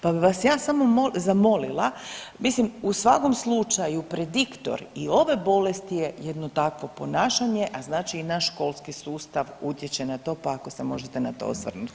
Pa bi vas ja samo molila, zamolila mislim u svakom slučaju prediktor i ove bolesti je jedno takvo ponašanje, a znači i naš školski sustav utječe na to pa ako se možete na to osvrnuti.